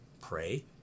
pray